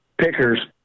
pickers